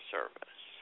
Service